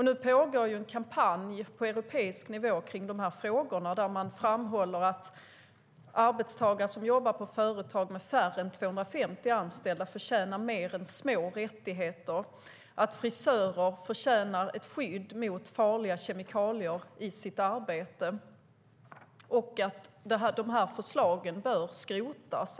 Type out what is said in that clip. Nu pågår en kampanj om dessa frågor på europeisk nivå där man framhåller att arbetstagare som jobbar på företag med färre än 250 anställda förtjänar mer än små rättigheter och att frisörer förtjänar ett skydd mot farliga kemikalier i sitt arbete. Förslagen bör skrotas.